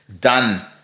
done